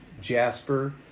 jasper